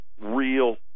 real